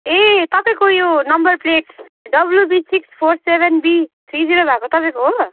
ए तपाईँको यो number plate W B six four seven B three zero भएको तपाईँको हो